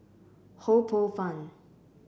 Ho Poh Fun